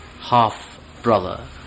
half-brother